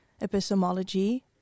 epistemology